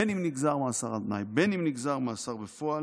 בין אם נגזר מאסר על תנאי ובין אם נגזר מאסר בפועל,